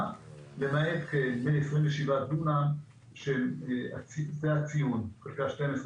למעט 27 דונם שהם חלקי הציון חלקה 12,